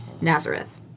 Nazareth